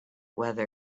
weather